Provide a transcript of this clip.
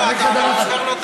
לא, אתה הופך לו את ההצעה.